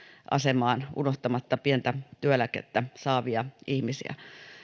asemaan unohtamatta pientä työeläkettä saavia ihmisiä